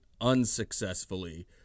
unsuccessfully